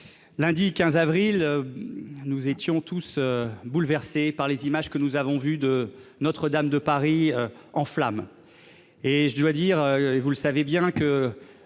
lundi 15 avril nous étions tous bouleversés par les images que nous avons vu de Notre-Dame de Paris en flammes et je dois dire, et vous le savez bien que